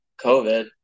COVID